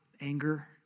anger